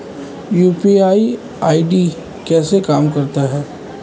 UPI ID कैसे काम करता है?